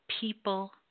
people